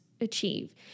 achieve